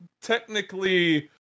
technically